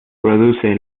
produce